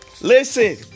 Listen